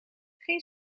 geen